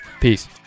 Peace